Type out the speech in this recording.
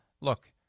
look